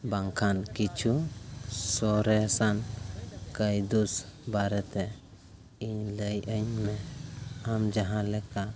ᱵᱟᱝᱠᱷᱟᱱ ᱠᱤᱪᱷᱩ ᱥᱚᱨᱮᱥᱟᱱ ᱠᱟᱭᱫᱩᱥ ᱵᱟᱨᱮᱛᱮ ᱤᱧ ᱞᱟᱹᱭᱟᱹᱧ ᱢᱮ ᱟᱢ ᱡᱟᱦᱟᱸᱞᱮᱠᱟ